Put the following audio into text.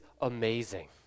amazing